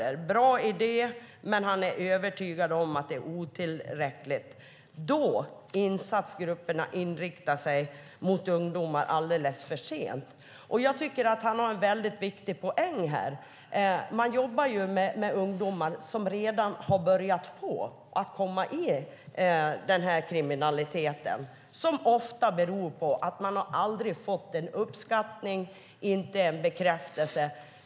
Det är en bra idé, men han är övertygad om att det är otillräckligt, då insatsgrupperna inriktar sig mot ungdomar alldeles för sent. Jag tycker att han har en viktig poäng här. De jobbar ju med ungdomar som redan har börjat komma in i kriminalitet, vilket ofta beror på att man aldrig har fått uppskattning eller bekräftelse.